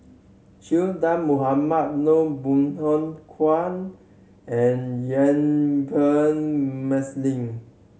Che Dah Mohamed Noor Bong Hiong Hwa and Yuen Peng